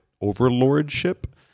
overlordship